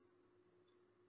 यही समझ है